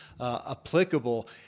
applicable